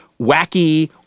wacky